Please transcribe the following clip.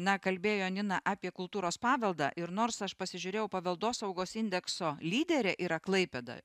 na kalbėjo nina apie kultūros paveldą ir nors aš pasižiūrėjau paveldosaugos indekso lyderė yra klaipėda